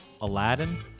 Aladdin